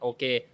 Okay